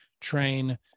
train